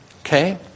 Okay